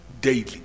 daily